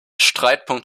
streitpunkt